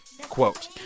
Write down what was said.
quote